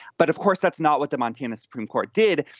but of course, that's not what the montana supreme court did.